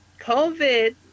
COVID